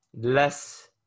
less